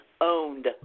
owned